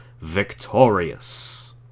Victorious